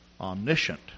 omniscient